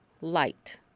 light